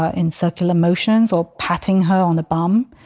ah in circular motions or patting her on the bum.